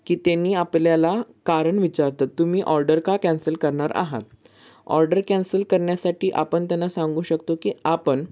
की त्यांनी आपल्याला कारण विचारतात तुम्ही ऑर्डर का कॅन्सल करणार आहात ऑर्डर कॅन्सल करण्यासाठी आपण त्यांना सांगू शकतो की आपण